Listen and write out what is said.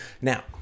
Now